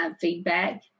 feedback